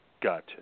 Gotcha